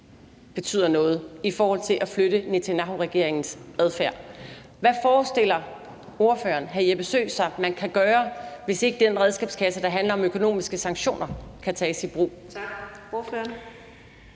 betyder noget i forhold til at flytte Netanyahuregeringens adfærd. Hvad forestiller ordføreren sig at man kan gøre, hvis ikke den redskabskasse, der handler om økonomiske sanktioner, kan tages i brug?